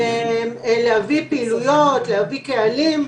להביא פעילויות או קהלים,